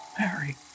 Mary